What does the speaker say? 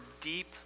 deep